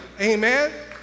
Amen